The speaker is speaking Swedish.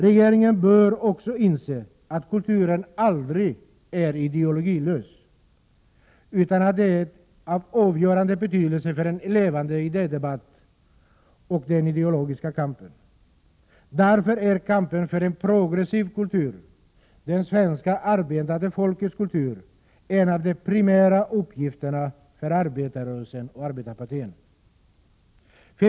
Regeringen bör också inse att kulturen aldrig är ideologilös, utan att den är av avgörande betydelse för en levande idédebatt och för den ideologiska kampen. Därför är kampen för en progressiv kultur, det svenska arbetande folkets kultur, en av de primära uppgifterna för arbetarrörelsen och arbetarpartierna.